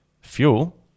fuel